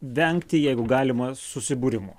vengti jeigu galima susibūrimų